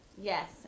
Yes